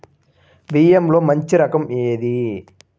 బియ్యంలో మంచి రకం ఏది?